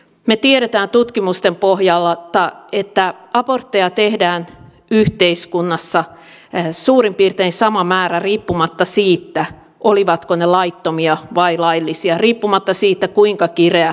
me tiedämme tutkimusten pohjalta että abortteja tehdään yhteiskunnassa suurin piirtein sama määrä riippumatta siitä ovatko ne laittomia vai laillisia riippumatta siitä kuinka kireä aborttilainsäädäntö maassa on